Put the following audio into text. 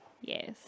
Yes